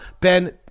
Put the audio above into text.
ben